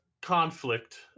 conflict